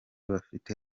bafite